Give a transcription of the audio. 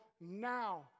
now